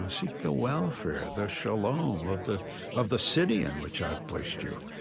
ah seek the welfare, the shalom, of the of the city in which i've placed you.